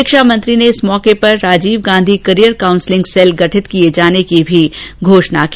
शिक्षा मंत्री ने इस अवसर पर Rajiv Gandhi career counselling cell गठित किए जाने की घोषणा भी की